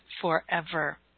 forever